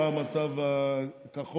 פעם התו הכחול,